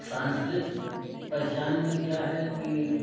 सांस्कृत पहचान में क्या है कि